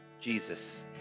Jesus